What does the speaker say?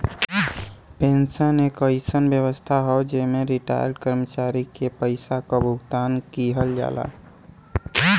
pension एक अइसन व्यवस्था हौ जेमन रिटार्यड कर्मचारी के पइसा क भुगतान किहल जाला